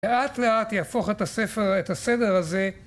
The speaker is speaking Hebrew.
לאט לאט יהפוך את הספר, את הסדר הזה